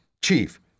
Chief